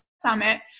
summit